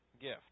gift